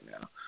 now